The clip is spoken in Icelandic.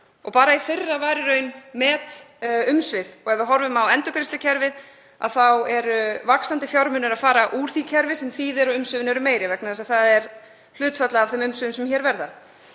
Bara í fyrra voru metumsvif. Ef við horfum á endurgreiðslukerfið þá eru vaxandi fjármunir að fara úr því kerfi sem þýðir að umsvifin eru meiri vegna þess að það er hlutfall af þeim umsvifum sem hér verða.